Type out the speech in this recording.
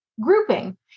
grouping